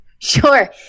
Sure